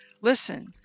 Listen